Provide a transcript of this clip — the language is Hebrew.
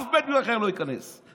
אף בדואי אחר לא ייכנס לשם.